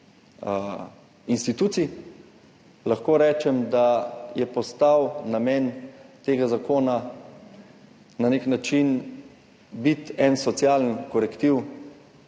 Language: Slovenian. institucij, lahko rečem, da je postal namen tega zakona na nek način socialni korektiv